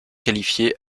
qualifiée